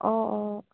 অঁ অঁ